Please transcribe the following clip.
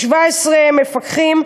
יש 17 מפקחים.